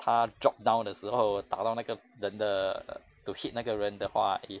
他 drop down 的时候打到那个人的 to hit 那个人的话 it